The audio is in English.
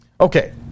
Okay